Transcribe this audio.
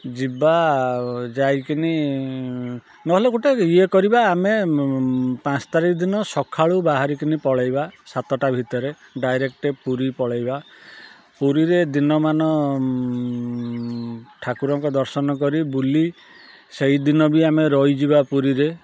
ଯିବା ଯାଇକିନି ନହେଲେ ଗୋଟେ ଇଏ କରିବା ଆମେ ପାଞ୍ଚ ତାରିଖ ଦିନ ସଖାଳୁ ବାହାରିକିନି ପଳେଇବା ସାତ ଟା ଭିତରେ ଡାଇରେକ୍ଟ ପୁରୀ ପଳେଇବା ପୁରୀରେ ଦିନ ମାନ ଠାକୁରଙ୍କ ଦର୍ଶନ କରି ବୁଲି ସେଇ ଦିନ ବି ଆମେ ରହିଯିବା ପୁରୀରେ